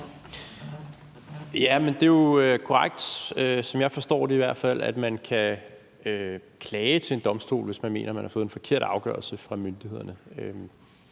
i hvert fald sådan som jeg forstår det, at man kan klage til en domstol, hvis man mener, at man har fået en forkert afgørelse fra myndighederne.